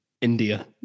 India